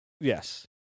yes